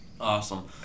awesome